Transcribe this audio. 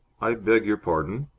i beg your pardon?